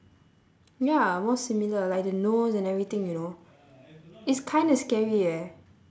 ya more similar like the nose and everything you know it's kind of scary eh